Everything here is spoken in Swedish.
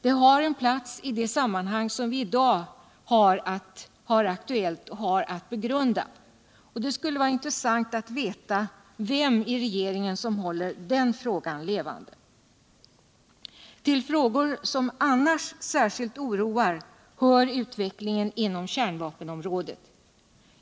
Den har en plats i det sammanhang som vi idag har aktuellt att begrunda, och det vore intressant att veta vem i regeringen som håller den frågan levande. Till frågor som annars särskilt oroar hör utvecklingen inom kärnvapenområdet.